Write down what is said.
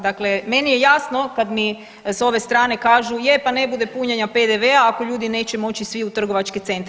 Dakle, meni je jasno kad mi s ove strane kažu je, pa ne bude punjenja PDV-a ako ljudi neće moći svi u trgovačke centre.